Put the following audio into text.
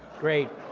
great.